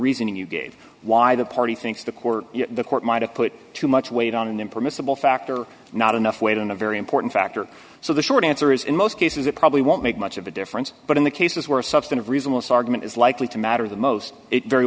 reasoning you gave why the party thinks the court the court might have put too much weight on an impermissible fact or not enough weight in a very important factor so the short answer is in most cases it probably won't make much of a difference but in the cases where a substantive reason most argument is likely to matter the most it very